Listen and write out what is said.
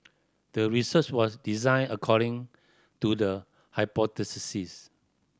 the research was designed according to the